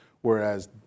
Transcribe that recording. whereas